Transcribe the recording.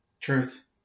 Truth